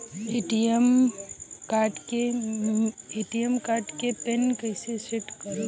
ATM card के PIN कैसे set करम?